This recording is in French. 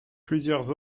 plusieurs